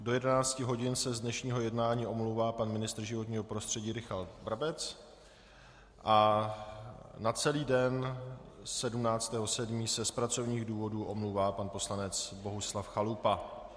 Do 11 hodin ze z dnešního jednání omlouvá pan ministr životního prostředí Richard Brabec a na celý den 17. 7. se z pracovních důvodů omlouvá pan poslanec Bohuslav Chalupa.